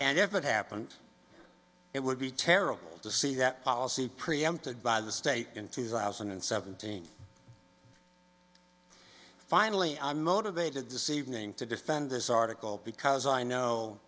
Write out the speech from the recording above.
and if it happened it would be terrible to see that policy preempted by the state in two thousand and seventeen finally i'm motivated deceiving to defend this article because i know